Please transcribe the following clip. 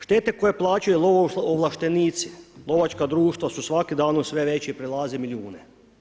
Štete koje plaćaju lovoovlaštenici, lovačka društva su svakim danom sve veće i prelaze milijune.